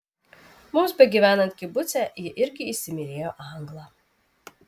mums begyvenant kibuce ji irgi įsimylėjo anglą